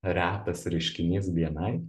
retas reiškinys bni